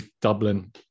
Dublin